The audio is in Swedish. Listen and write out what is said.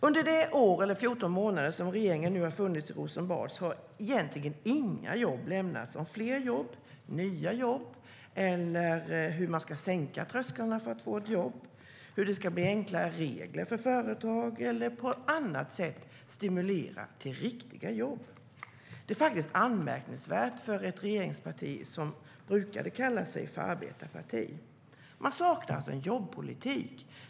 Under de 14 månader som regeringen nu har funnits i Rosenbad har egentligen inga förslag lämnats om fler jobb, nya jobb, hur man ska sänka trösklarna för att människor ska få ett jobb, hur det ska bli enklare regler för företag eller hur man på annat sätt ska stimulera till riktiga jobb. Det är faktiskt anmärkningsvärt för ett regeringsparti som brukade kalla sig för arbetarparti. Det saknar en jobbpolitik.